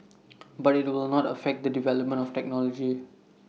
but IT will not affect the development of technology